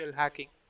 hacking